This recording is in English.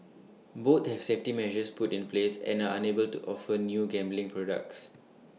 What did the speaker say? both have safety measures put in place and are unable to offer new gambling products